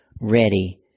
ready